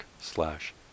slash